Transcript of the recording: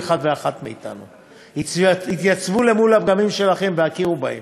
אחד ואחת מאתנו: "התייצבו מול הפגמים שלכם והכירו בהם,